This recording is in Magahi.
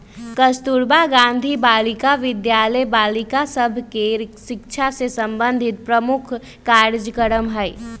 कस्तूरबा गांधी बालिका विद्यालय बालिका सभ के शिक्षा से संबंधित प्रमुख कार्जक्रम हइ